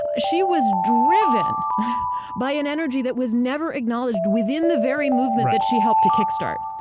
ah she was driven by an energy that was never acknowledged within the very movement that she helped to kickstart.